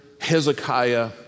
Hezekiah